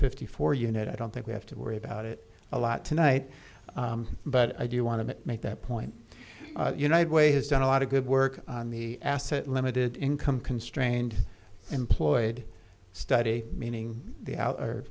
fifty four unit i don't think we have to worry about it a lot tonight but i do want to make that point united way has done a lot of good work on the asset limited income constrained employed study meaning the out